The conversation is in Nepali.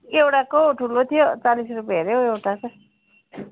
एउटाको हौ ठुलो थियो चाल्लिस रुपियाँ अरे हौ एउटा त